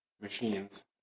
Machines